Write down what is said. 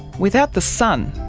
without the sun,